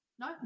No